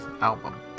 album